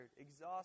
exhausted